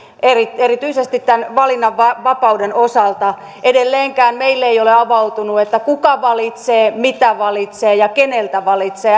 erityisesti tämän valinnanvapauden osalta edelleenkään meille ei ole avautunut kuka valitsee mitä valitsee ja keneltä valitsee